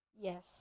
Yes